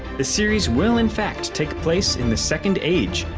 the series will in fact take place in the second age,